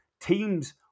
Teams